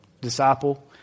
disciple